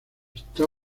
está